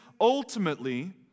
ultimately